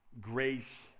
grace